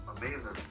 amazing